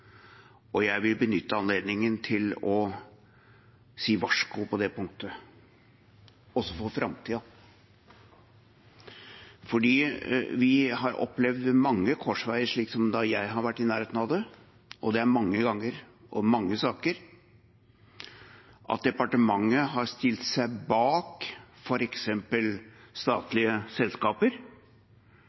og jeg vil benytte anledningen til å si varsko på det punktet – også for framtiden. For vi har opplevd mange korsveier, og det er mange ganger og mange saker hvor departementet har stilt seg bak f.eks. statlige